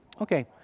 Okay